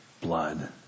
blood